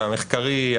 המחקרי,